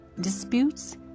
disputes